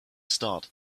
start